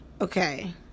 okay